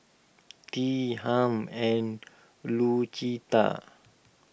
Tea Hamp and Lucetta